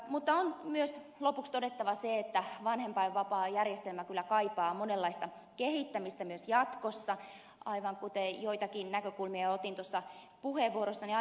mutta on myös lopuksi todettava se että vanhempainvapaajärjestelmä kyllä kaipaa monenlaista kehittämistä myös jatkossa aivan kuten joitakin näkökulmia otin tuossa puheenvuorossani aiemmin esiin